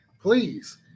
please